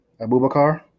Abubakar